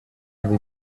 every